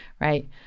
right